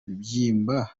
bibyimba